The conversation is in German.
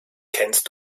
kennst